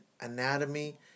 anatomy